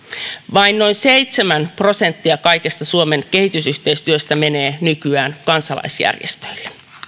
vain noin seitsemän prosenttia kaikesta suomen kehitysyhteistyöstä menee nykyään kansalaisjärjestöille